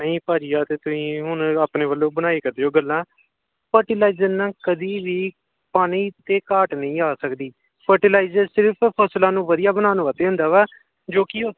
ਨਹੀਂ ਭਾਅ ਜੀ ਆਹ ਤਾਂ ਤੁਸੀਂ ਹੁਣ ਆਪਣੇ ਵੱਲੋਂ ਬਣਾਈ ਕਰਦੇ ਹੋ ਗੱਲਾਂ ਫਰਟੀਲਾਈਜ਼ਰ ਨਾਲ ਕਦੀ ਵੀ ਪਾਣੀ ਦੀ ਘਾਟ ਨਹੀਂ ਆ ਸਕਦੀ ਫਰਟੀਲਾਈਜ਼ਰ ਸਿਰਫ ਫਸਲਾਂ ਨੂੰ ਵਧੀਆ ਬਣਾਉਣ ਵਾਸਤੇ ਹੁੰਦਾ ਵਾ ਜੋ ਕਿ ਉਹ